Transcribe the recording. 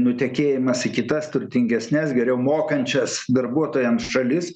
nutekėjimas į kitas turtingesnes geriau mokančias darbuotojams šalis